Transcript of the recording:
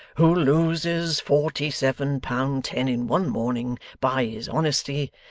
who loses forty-seven pound ten in one morning by his honesty,